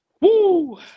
Woo